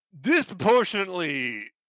disproportionately